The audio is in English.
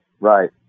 Right